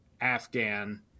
Afghan